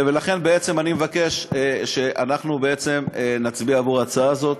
ולכן בעצם אני מבקש שאנחנו נצביע עבור ההצעה הזאת.